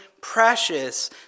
precious